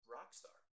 Rockstar